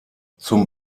zum